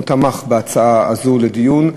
הוא תמך בהצעה הזו לדיון,